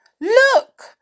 Look